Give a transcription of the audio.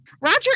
Roger